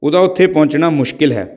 ਉਹਦਾ ਉੱਥੇ ਪਹੁੰਚਣਾ ਮੁਸ਼ਕਿਲ ਹੈ